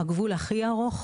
הגבול הכי ארוך,